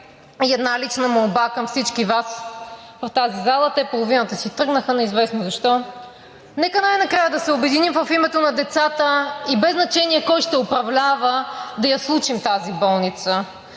И една лична молба към всички Вас в тази зала. Те половината си тръгнаха, неизвестно защо. Нека най-накрая да се обединим в името на децата и без значение кой ще управлява, да я случим тази болница.